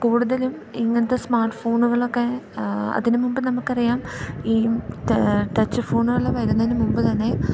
കൂടുതലും ഇങ്ങനെത്തെ സ്മാർട്ട്ഫോണുകളൊക്കെ അതിനുമുമ്പ് നമുക്കറിയാം ഈ ടച്ച് ഫോണുകൾ വരുന്നതിന് മുമ്പ് തന്നെ